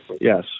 Yes